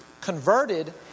converted